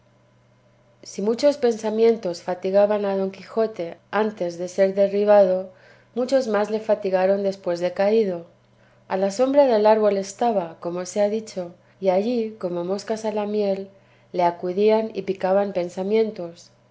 si muchos pensamientos fatigaban a don quijote antes de ser derribado muchos más le fatigaron después de caído a la sombra del árbol estaba como se ha dicho y allí como moscas a la miel le acudían y picaban pensamientos